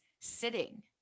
sitting